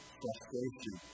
frustration